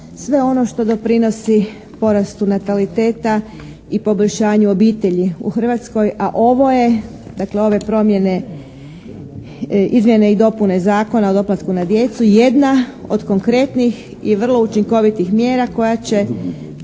sve ono što doprinosi porastu nataliteta i poboljšanju obitelji u Hrvatskoj a ovo je dakle ove promjene izmjene i dopune Zakona o doplatku na djecu jedna od konkretnih i vrlo učinkovitih mjera koja će